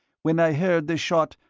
when i heard the shot,